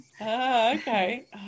okay